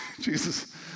Jesus